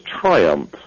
triumph